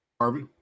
Harvey